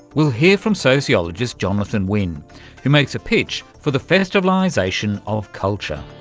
we'll hear from sociologist jonathan wynn who makes a pitch for the festivalisation of culture.